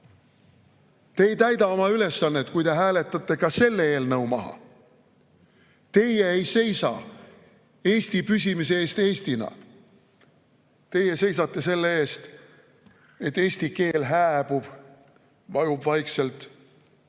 Te ei täida oma ülesannet, kui te hääletate ka selle eelnõu maha. Teie ei seisa Eesti püsimise eest Eestina. Teie seisate selle eest, et eesti keel hääbuks, vajuks vaikselt